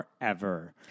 forever